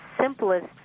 simplest